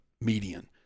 median